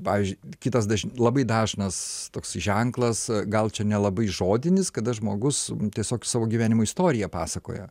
pavyzdžiui kitas labai dažnas toks ženklas gal čia nelabai žodinis kada žmogus tiesiog savo gyvenimo istoriją pasakoja